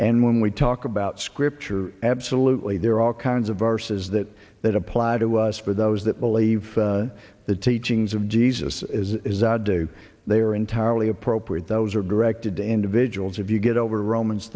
and when we talk about scripture absolutely there are all kinds of verses that that applied to us for those that believe the teachings of jesus is god do they are entirely appropriate those are directed individuals if you get over roman